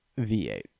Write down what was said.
V8